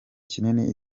kinini